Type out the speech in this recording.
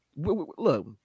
look